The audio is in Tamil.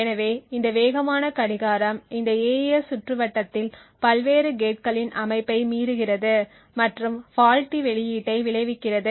எனவே இந்த வேகமான கடிகாரம் இந்த AES சுற்றுவட்டத்தில் பல்வேறு கேட்களின் அமைப்பை மீறுகிறது மற்றும் ஃபால்ட்டி வெளியீட்டை விளைவிக்கிறது